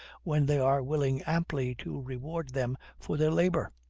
when they are willing amply to reward them for their labor?